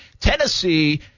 Tennessee